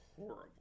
horrible